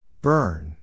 Burn